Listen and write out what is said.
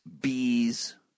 bees